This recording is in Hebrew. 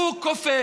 הוא כופה,